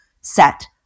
set